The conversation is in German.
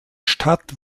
stadt